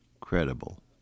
credible